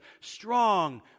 strong